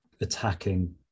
attacking